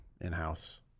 in-house